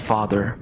Father